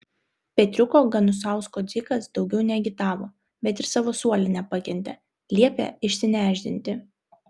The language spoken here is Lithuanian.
petriuko ganusausko dzikas daugiau neagitavo bet ir savo suole nepakentė liepė išsinešdinti